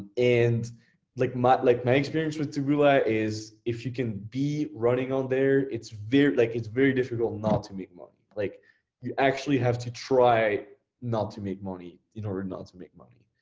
and like like my experience with taboola is if you can be running on there, it's very like it's very difficult not to make money like you actually have to try not to make money in order not to make money.